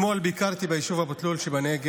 חבר הכנסת ואליד